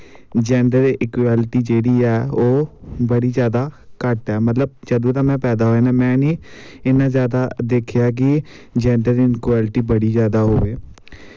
gender equality जेह्ड़ी ऐ ओह् बड़ी जादा घट्ट मतलव जदूं दा में पैदा होए दा में नी इन्ना जादा दिक्खेआ कि जैंडर इन इकवैलटी बड़ी जादा हो गेई ऐ